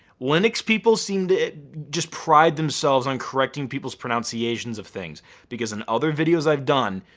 linux people seem to just pride themselves on correcting people's pronunciations of things because on other videos i've done,